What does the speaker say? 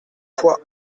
foix